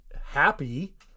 happy